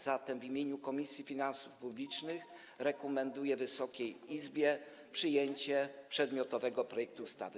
Zatem w imieniu Komisji Finansów Publicznych rekomenduję Wysokiej Izbie przyjęcie przedmiotowego projektu ustawy.